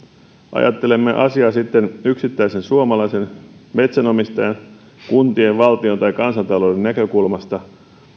ajattelemmepa asiaa sitten yksittäisen suomalaisen metsänomistajan kuntien valtion tai kansantalouden näkökulmasta